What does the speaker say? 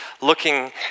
looking